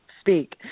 speak